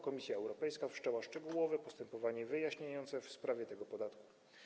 Komisja Europejska wszczęła szczegółowe postępowanie wyjaśniające w sprawie tego podatku.